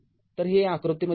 तर हे या आकृतीमध्ये आहे